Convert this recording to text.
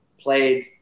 played